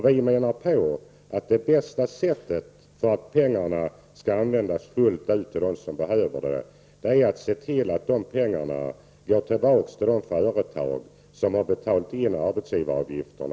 Vi menar att bästa sättet att få pengarna att fullt ut komma dem som behöver dem till godo är att se till att pengarna går tillbaka till de företag som betalt in arbetsgivaravgifterna.